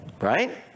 right